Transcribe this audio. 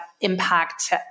impact